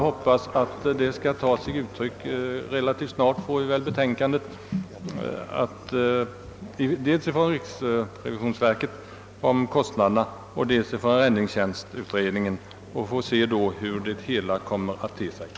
Relativt snart, förmodar jag, framläggs betänkandena från dels riksrevisionsverket om kostnaderna, dels räddningstjänstutredningen, och vi får då se vad dessa kommit fram till.